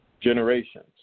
generations